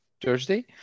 Thursday